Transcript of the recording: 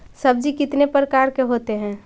सब्जी कितने प्रकार के होते है?